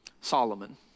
Solomon